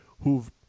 who've